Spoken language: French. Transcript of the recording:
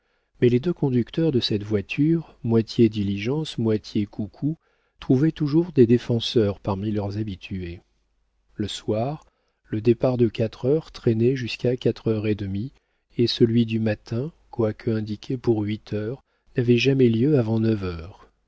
mais les deux conducteurs de cette voiture moitié diligence moitié coucou trouvaient toujours des défenseurs parmi leurs habitués le soir le départ de quatre heures traînait jusqu'à quatre heures et demie et celui du matin quoique indiqué pour huit heures n'avait jamais lieu avant neuf heures